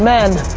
men.